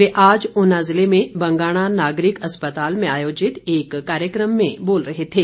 वे आज उना जिले में बंगाणा नागरिक अस्पताल में आयोजित एक कार्यक्रम में बोल रहे थे